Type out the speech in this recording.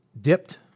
dipped